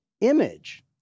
image